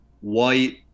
White